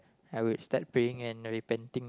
I would start praying and repenting